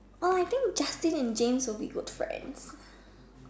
oh I think Justin and James would be good friends